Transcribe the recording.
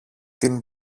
την